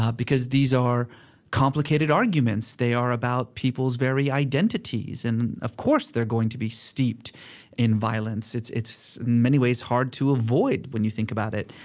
ah because these are complicated arguments. they are about people's very identities. and of course they're going to be steeped in violence. it's in many ways, hard to avoid when you think about it